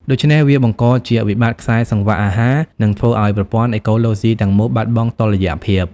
ដូច្នេះ វាបង្កជាវិបត្តិខ្សែសង្វាក់អាហារ និងធ្វើឲ្យប្រព័ន្ធអេកូឡូស៊ីទាំងមូលបាត់បង់តុល្យភាព។